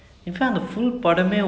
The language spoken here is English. the combination was really nice